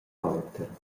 auter